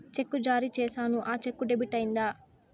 చెక్కు జారీ సేసాను, ఆ చెక్కు డెబిట్ అయిందా